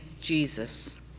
Jesus